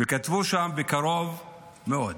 וכתבו שם "בקרוב מאוד".